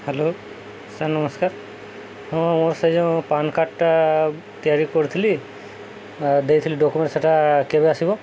hello sir ନମସ୍କାର ହଁ ମୋର ସେ ଯୋଉଁ ପାନ କାର୍ଡ଼ଟା ତିଆରି କରିଥିଲି ଦେଇଥିଲି ଡ଼କ୍ୟୁମେଣ୍ଟ ସେଟା କେବେ ଆସିବ